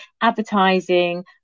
advertising